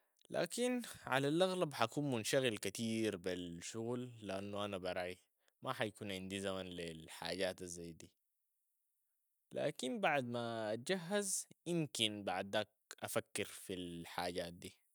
لكن على الأغلب حاكون منشغل كثير بالشغل، لأنو أنا براي ما حيكون عندي زمن للحاجات الزي دي، لكن بعد ما أتجهز امكن بعد داك أفكر في الحاجات دي.